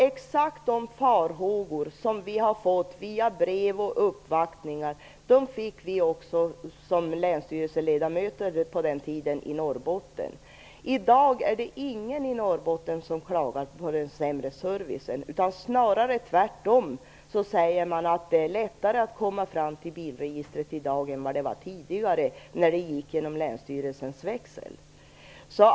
Exakt de farhågor som framkommit via brev och uppvaktningar framkom också på den tiden, när vi var länsstyrelseledamöter i Norrbotten. I dag är det ingen i Norrbotten som klagar på sämre service, utan tvärtom säger man att det snarare är lättare att komma fram till bilregistret i dag än det var tidigare, när det gick genom länsstyrelsens växel.